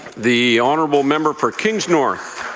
the honourable member for kings north.